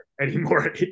anymore